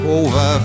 over